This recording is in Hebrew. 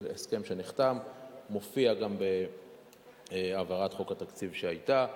זה הסכם שנחתם ומופיע גם בהעברת חוק התקציב שהיתה אז.